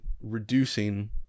reducing